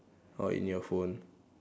oh in your phone